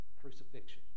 Crucifixion